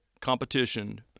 competition